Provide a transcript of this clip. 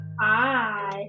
hi